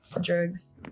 drugs